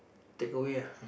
take away ah